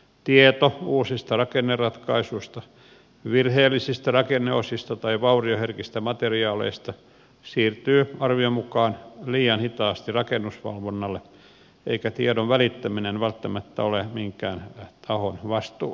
tieto uusista rakenneratkaisuista virheellisistä rakenneosista tai vaurioherkistä materiaaleista siirtyy arvion mukaan liian hitaasti rakennusvalvonnalle eikä tiedon välittäminen välttämättä ole minkään tahon vastuulla